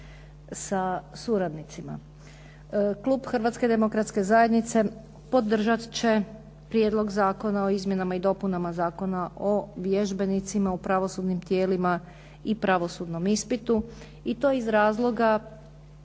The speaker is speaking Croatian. sa suradnicima. Klub Hrvatske demokratske zajednice podržat će Prijedlog zakona o izmjenama i dopunama Zakona o vježbenicima u pravosudnim tijelima i pravosudnom ispitu i to iz razloga